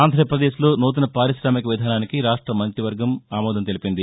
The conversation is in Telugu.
ఆంధ్రప్రదేశ్లో నూతన పార్కొశామిక విధానానికి రాష్ట మంత్రివర్గం అమోదం తెలిపింది